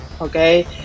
okay